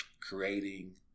creating